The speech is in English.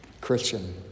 Christian